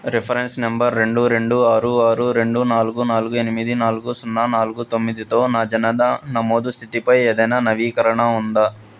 reference number రెండు రెండు ఆరు ఆరు రెండు నాలుగు నాలుగు ఎనిమిది నాలుగు సున్నా నాలుగు తొమ్మిదితో నా జనన నమోదు స్థితిపై ఏదైనా నవీకరణ ఉందా